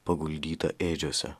paguldytą ėdžiose